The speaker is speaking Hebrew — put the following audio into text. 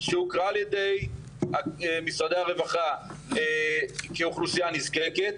שהוכרה על ידי משרדי הרווחה כאוכלוסייה נזקקת,